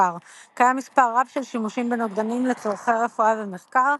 ומחקר קיים מספר רב של שימושים בנוגדנים לצורכי רפואה ומחקר.